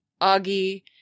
Augie